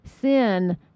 sin